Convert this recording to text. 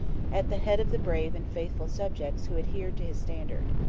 at the head of the brave and faithful subjects who adhered to his standard.